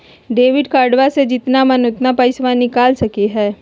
Debit कार्डबा से जितना मन उतना पेसबा निकाल सकी हय?